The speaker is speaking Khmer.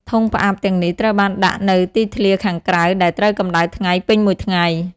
ធុងផ្អាប់ ទាំងនេះត្រូវបានដាក់នៅទីធ្លាខាងក្រៅដែលត្រូវកម្ដៅថ្ងៃពេញមួយថ្ងៃ។